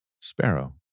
Sparrow